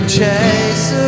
chase